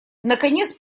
наконец